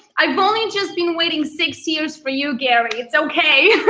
i've only just been waiting six years for you, gary, it's okay.